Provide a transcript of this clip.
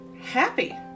happy